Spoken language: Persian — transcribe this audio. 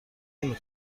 نمی